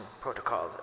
protocol